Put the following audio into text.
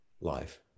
life